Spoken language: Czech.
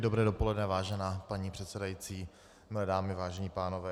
Dobré dopoledne, vážená paní předsedající, milé dámy, vážení pánové.